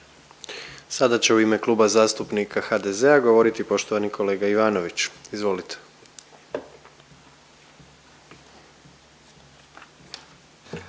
Sada će u ime Kluba zastupnika HDZ-a govoriti poštovani kolega Ivanović, izvolite.